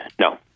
No